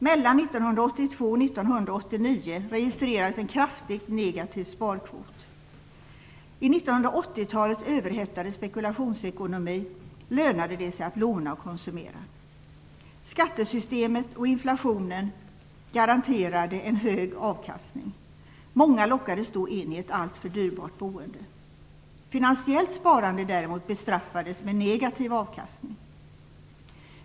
Mellan 1982 och 1989 registrerades en kraftigt negativ sparkvot. I 1980-talets överhettade spekulationsekonomi lönade det sig att låna och konsumera. Skattesystemet och inflationen garanterade en hög avkastning. Många lockades då in i ett alltför kostsamt boende. Finansiellt sparande däremot bestraffades med negativ avkastning.